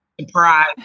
surprise